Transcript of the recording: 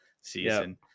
season